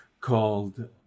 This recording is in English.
Called